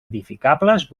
edificables